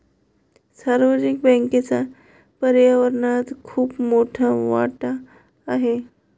सार्वजनिक बँकेचा पर्यावरणात खूप मोठा वाटा आहे